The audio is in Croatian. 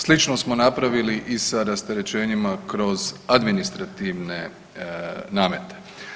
Slično smo napravili i sa rasterećenjima kroz administrativne namete.